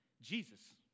Jesus